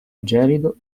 gelido